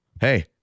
Hey